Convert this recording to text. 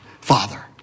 Father